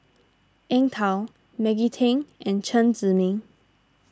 Eng Tow Maggie Teng and Chen Zhiming